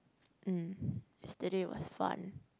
mm yesterday was fun